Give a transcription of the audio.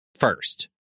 First